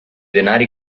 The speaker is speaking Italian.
denari